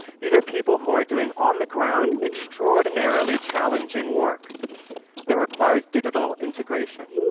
these are people who are doing, on the ground, extraordinarily challenging work that requires digital integration.